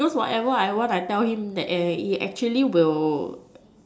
because whatever I want I tell him that he actually will